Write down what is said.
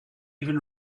even